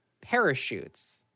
Parachutes